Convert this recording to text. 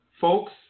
Folks